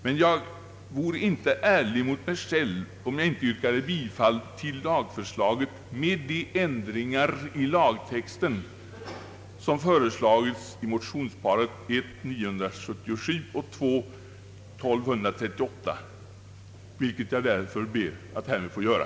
Men jag vore inte ärlig mot mig själv om jag inte yrkade bifall till lagförslaget med de ändringar i lagtexten som föreslagits i motionerna I:977 och II: 1238, vilket jag därför härmed ber att få göra.